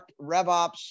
RevOps